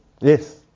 Yes